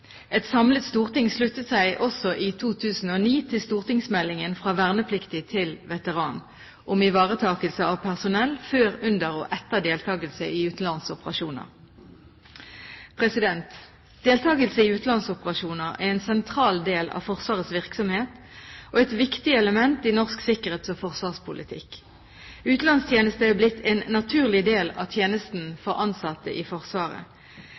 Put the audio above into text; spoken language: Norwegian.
Et samlet storting sluttet seg også i 2009 til stortingsmeldingen «Fra vernepliktig til veteran» Om ivaretakelse av personell før, under og etter deltakelse i utenlandsoperasjoner. Deltakelse i utenlandsoperasjoner er en sentral del av Forsvarets virksomhet og et viktig element i norsk sikkerhets- og forsvarspolitikk. Utenlandstjeneste er blitt en naturlig del av tjenesten for ansatte i Forsvaret.